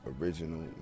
original